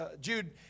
Jude